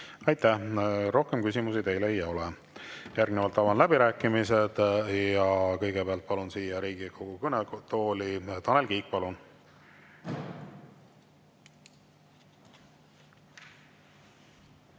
Aitäh! Rohkem küsimusi teile ei ole. Järgnevalt avan läbirääkimised ja kõigepealt palun siia Riigikogu kõnetooli Tanel Kiige. Palun!